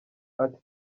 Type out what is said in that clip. ati